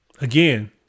Again